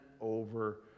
over